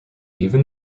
even